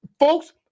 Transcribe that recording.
Folks